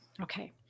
okay